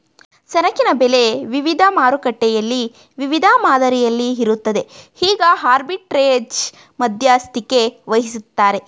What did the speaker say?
ಸರಕಿನ ಬೆಲೆ ವಿವಿಧ ಮಾರುಕಟ್ಟೆಯಲ್ಲಿ ವಿವಿಧ ಮಾದರಿಯಲ್ಲಿ ಇರುತ್ತದೆ ಈಗ ಆರ್ಬಿಟ್ರೆರೇಜ್ ಮಧ್ಯಸ್ಥಿಕೆವಹಿಸತ್ತರೆ